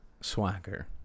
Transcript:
swagger